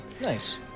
Nice